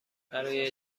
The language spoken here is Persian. برای